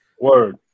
Word